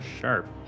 sharp